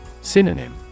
Synonym